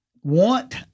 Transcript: want